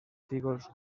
fígols